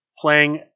playing